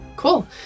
Cool